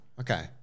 okay